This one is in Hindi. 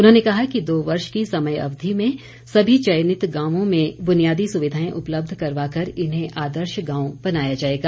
उन्होंने कहा कि दो वर्ष की समय अवधि में सभी चयनित गांव में बुनियादी सुविधाएं उपलब्ध करवाकर इन्हें आदर्श गांव बनाया जाएगा